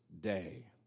day